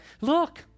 look